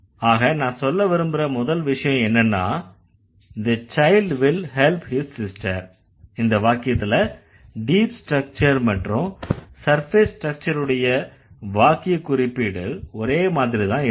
ஆக நான் சொல்ல விரும்பற முதல் விஷயம் என்னன்னா the child will help his sister இந்த வாக்கியத்துல டீப் ஸ்ட்ரக்சர் மற்றும் சர்ஃபேஸ் ஸ்ட்ரக்சருடைய வாக்கிய குறிப்பீடு ஒரே மாதிரிதான் இருக்கு